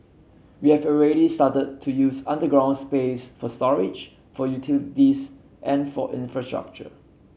we have already started to use underground space for storage for utilities and for infrastructure